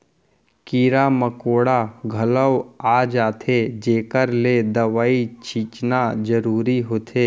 कीरा मकोड़ा घलौ आ जाथें जेकर ले दवई छींचना जरूरी होथे